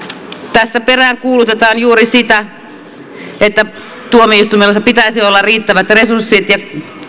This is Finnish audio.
tässä peräänkuulutetaan juuri sitä että tuomioistuimilla pitäisi olla riittävät resurssit ja